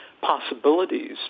possibilities